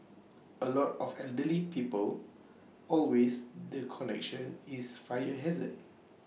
A lot of elderly people always the connection is fire hazard